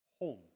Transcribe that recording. Home